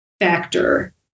factor